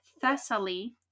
Thessaly